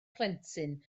plentyn